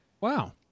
Wow